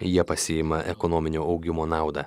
jie pasiima ekonominio augimo naudą